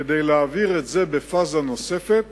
כדי להעביר את זה בפאזה נוספת